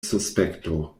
suspekto